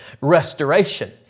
restoration